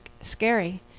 scary